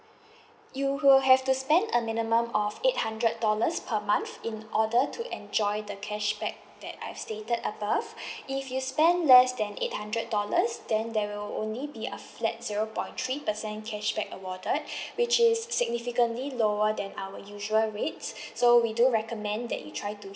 you will have to spend a minimum of eight hundred dollars per month in order to enjoy the cashback that I've stated above if you spend less than eight hundred dollars then there will only be a flat zero point three percent cashback awarded which is significantly lower than our usual rates so we do recommend that you try to